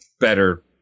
better